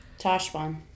Toshbon